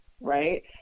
right